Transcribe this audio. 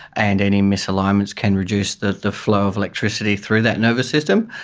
and any misalignments can reduce the the flow of electricity through that nervous system.